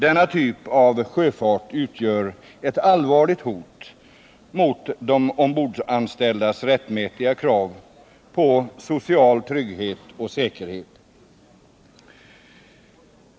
Denna typ av sjöfart utgör ett allvarligt hot mot de ombordanställdas rättmätiga krav på social trygghet och säkerhet.